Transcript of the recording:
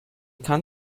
kann